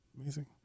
Amazing